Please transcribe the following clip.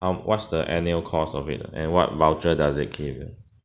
um what's the annual cost of it ah and what voucher does it came with